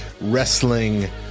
wrestling